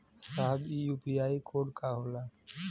साहब इ UPI code का होला?